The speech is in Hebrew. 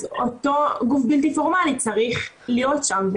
אז אותו גוף בלתי פורמלי צריך להיות שם,